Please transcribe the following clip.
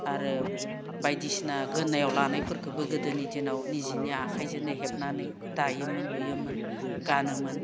आरो बायदिसिना गोदोनायाव लानायफोरखौबो गोदोनि दिनाव निजेनि आखाइजोंनो हेबनानै दायोमोन लुयोमोन गानोमोन